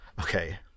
Okay